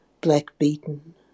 black-beaten